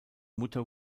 mutter